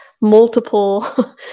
multiple